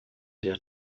der